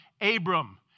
Abram